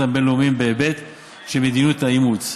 הבין-לאומיים בהיבט של מיידיות האימוץ.